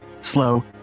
slow